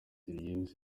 james